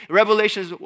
revelations